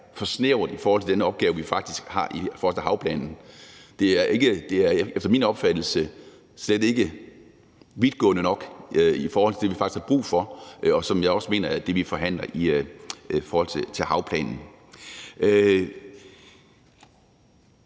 for snævert i forhold til den opgave, vi faktisk har i forhold til havplanen. Det er efter min opfattelse slet ikke vidtgående nok i forhold til, hvad vi faktisk har brug for, og som jeg også mener er det, vi forhandler om i forhold til havplanen.